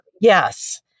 yes